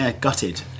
gutted